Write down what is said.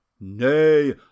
Nay